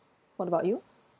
what about you